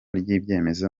ry’ibyemezo